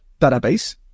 database